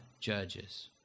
judges